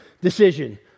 decision